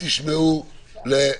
של ש"ס.